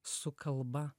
su kalba